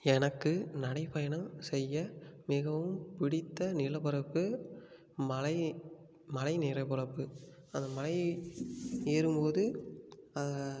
எனக்கு நடைபயணம் செய்ய மிகவும் பிடித்த நிலப்பரப்பு மலை மலை நிலப்பரப்பு அந்த மலை ஏறும்போது